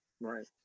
Right